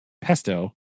pesto